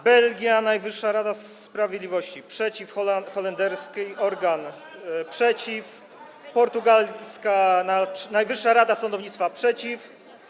Belgia, Najwyższa Rada Sprawiedliwości - przeciw, holenderski organ - przeciw, portugalska Najwyższa Rada Sądownictwa - przeciw.